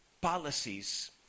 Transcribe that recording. policies